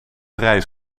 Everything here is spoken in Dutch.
reis